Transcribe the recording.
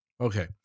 Okay